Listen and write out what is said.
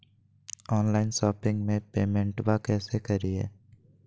Online शोपिंगबा में पेमेंटबा कैसे करिए?